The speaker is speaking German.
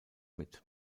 mit